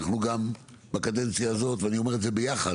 אנחנו גם בקדנציה הזאת ואני אומר את זה ביחד,